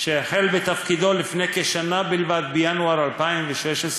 שהחל בתפקידו לפני כשנה בלבד, בינואר 2016,